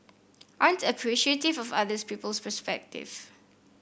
aren't appreciative of others people's perspective